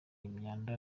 imyanda